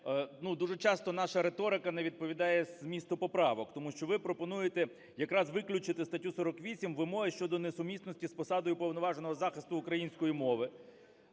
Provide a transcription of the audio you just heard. дуже часто наша риторика не відповідає змісту поправок, тому що ви пропонуєте якраз виключити статтю 48 "Вимоги щодо несумісності з посадою Уповноваженого із захисту української мови".